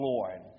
Lord